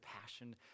passion